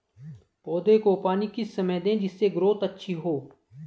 पौधे को पानी किस समय दें जिससे ग्रोथ अच्छी हो?